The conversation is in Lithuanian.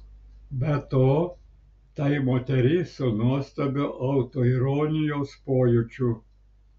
be to tai moteris su nuostabiu autoironijos pojūčiu